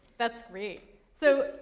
that's great. so,